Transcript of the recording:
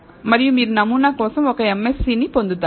మరియు మీరు నమూనా కోసం ఒక MSE పొందుతారు